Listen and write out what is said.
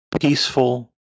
peaceful